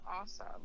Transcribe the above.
awesome